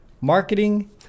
marketing